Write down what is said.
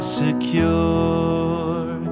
secure